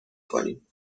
کنیم